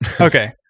Okay